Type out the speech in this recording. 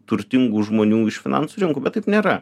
turtingų žmonių iš finansų rinkų bet taip nėra